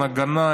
הגנה,